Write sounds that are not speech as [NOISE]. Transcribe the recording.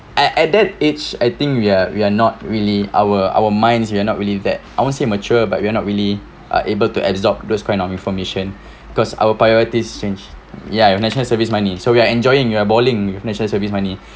at at that age I think we are we are not really our our minds it's not really that I won't say mature but we are not really are able to absorb those kind of information [BREATH] cause our priorities changed ya your national service money so we are enjoying we are balling with national service money